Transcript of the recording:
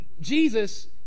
Jesus